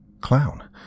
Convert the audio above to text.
Clown